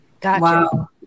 Gotcha